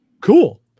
Cool